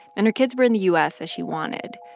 and her kids were in the u s. as she wanted.